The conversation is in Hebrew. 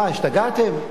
מה, השתגעתם?